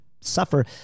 suffer